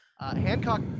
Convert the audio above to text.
Hancock